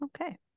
Okay